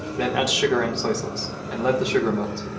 then add sugar and soy sauce, and let the sugar melt.